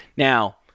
Now